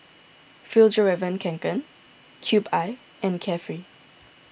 Fjallraven Kanken Cube I and Carefree